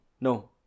No